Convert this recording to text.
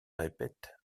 répète